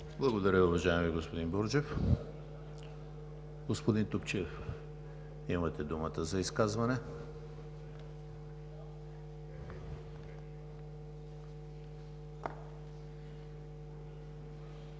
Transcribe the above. Благодаря, уважаеми господин Бурджев. Господин Топчиев, имате думата за изказване.